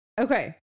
Okay